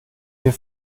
wir